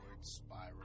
spiral